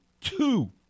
two